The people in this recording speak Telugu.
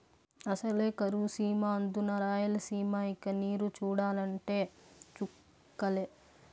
అసలే కరువు సీమ అందునా రాయలసీమ ఇక నీరు చూడాలంటే చుక్కలే